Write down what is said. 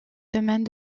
domaine